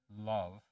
love